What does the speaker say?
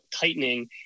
tightening